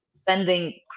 spending